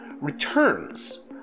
returns